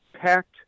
packed